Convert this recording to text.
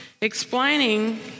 explaining